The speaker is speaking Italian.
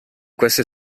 queste